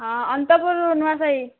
ହଁ ଅନ୍ତପୁର ନୂଆଁସାହି